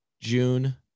June